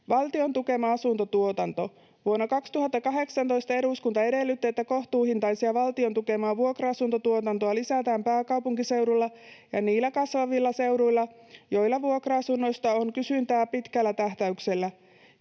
Valtion tukema asuntotuotanto: Vuonna 2018 eduskunta edellytti, että kohtuuhintaista valtion tukemaa vuokra-asuntotuotantoa lisätään pääkaupunkiseudulla ja niillä kasvavilla seuduilla, joilla vuokra-asunnoista on kysyntää pitkällä tähtäyksellä.